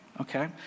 Okay